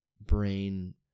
brain